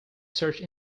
search